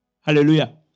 Hallelujah